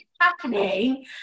happening